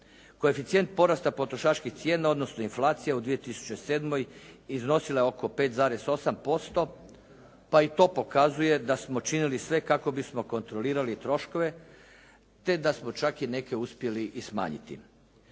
Koeficijent porasta potrošačkih cijena, odnosno inflacije u 2007. iznosila je oko 5,8% pa i to pokazuje da smo činili sve kako bismo kontrolirali troškove, te da smo čak i neke uspjeli i smanjiti.